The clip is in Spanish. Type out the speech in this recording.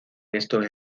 estos